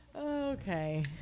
Okay